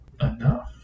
enough